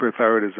hyperthyroidism